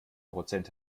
prozent